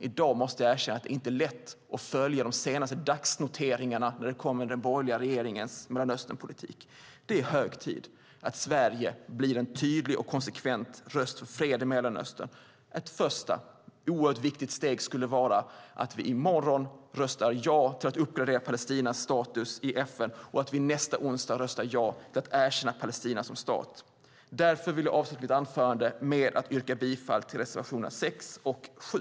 I dag måste jag erkänna att det inte är lätt att följa de senaste dagsnoteringarna i den borgerliga regeringens Mellanösternpolitik. Det är hög tid att Sverige blir en tydlig och konsekvent röst för fred i Mellanöstern. Ett första, oerhört viktigt steg skulle vara att vi i morgon röstar ja till att uppgradera Palestinas status i FN och vi nästa onsdag röstar ja till att erkänna Palestina som stat. Därför vill jag avsluta mitt anförande med att yrka bifall till reservationerna 6 och 7.